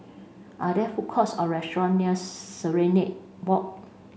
are there food courts or restaurants near Serenade Walk